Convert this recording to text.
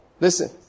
listen